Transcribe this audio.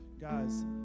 guys